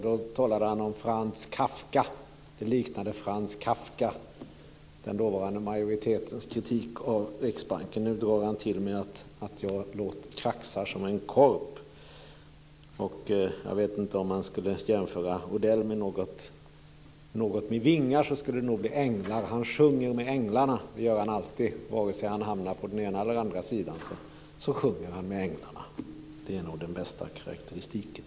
Då sade Mats Odell att den dåvarande majoritetens kritik av Riksbanken påminde honom om Franz Kafka. Nu drar han till med att jag kraxar som en korp. Om man skulle jämföra Odell med något med vingar så skulle det nog bli änglar. Vare sig han hamnar på den ena eller den andra sidan så sjunger han alltid med änglarna. Det är nog den bästa karakteristiken.